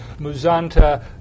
Muzanta